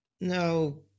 No